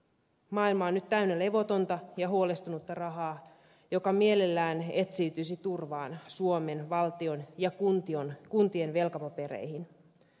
maailma on nyt täynnä levotonta ja huolestunutta rahaa joka mielellään etsiytyisi turvaan suomen valtion ja kuntien velkapapereihin